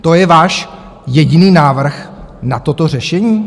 To je váš jediný návrh na toto řešení?